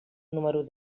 número